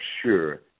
sure